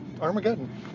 Armageddon